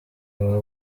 waba